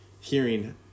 Hearing